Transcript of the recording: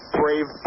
brave